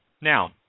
now